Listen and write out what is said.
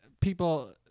people